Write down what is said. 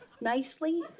nicely